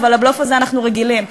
אבל לבלוף הזה אנחנו רגילים,